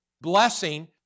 blessing